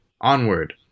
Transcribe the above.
Onward